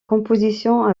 compositions